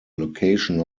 location